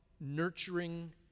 nurturing